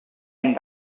and